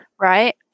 right